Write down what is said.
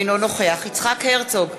אינו נוכח יצחק הרצוג,